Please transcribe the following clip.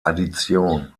addition